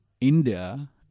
India